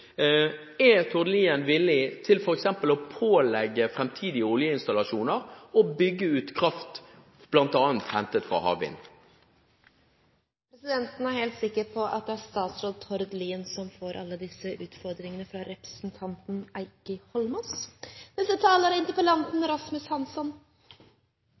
Er Tord Lien villig til f.eks. å pålegge framtidige oljeinstallasjoner å bygge ut kraft bl.a. hentet fra havvind? Presidenten er helt sikker på at det er statsråd Tord Lien som får alle disse utfordringene fra representanten Heikki Eidsvoll Holmås.